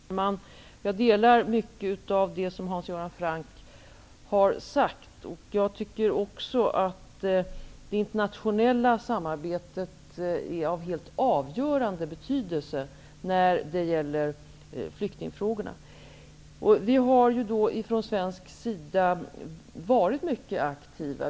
Herr talman! Jag instämmer i mycket av det som Hans Göran Franck har sagt. Jag tycker också att det internationella samarbetet är av helt avgörande betydelse när det gäller flyktingfrågorna. Vi har från svensk sida varit mycket aktiva.